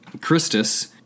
Christus